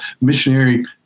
missionary